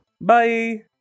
Bye